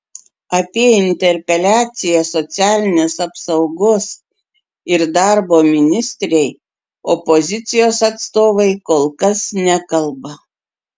apie interpeliaciją socialinės apsaugos ir darbo ministrei opozicijos atstovai kol kas nekalba